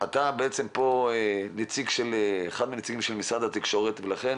אתה בעצם אחד מהנציגים של משרד התקשורת ולכן